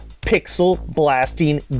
pixel-blasting